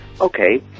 okay